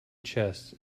chests